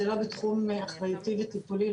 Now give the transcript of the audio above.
זה לא בתחום אחריותי וטיפולי,